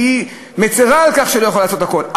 והיא מצרה על כך שהיא לא יכולה לעשות הכול,